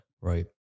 Right